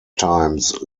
times